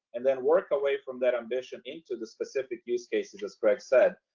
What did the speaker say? and then work away from that ambition into the specific use cases, as craig said,